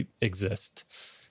exist